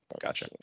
Gotcha